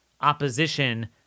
opposition